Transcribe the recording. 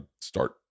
start